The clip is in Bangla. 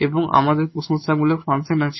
এবং আমাদের কমপ্লিমেন্টরি ফাংশন আছে